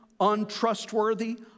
untrustworthy